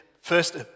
First